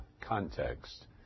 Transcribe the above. context